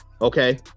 Okay